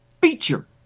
feature